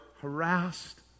harassed